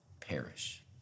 perish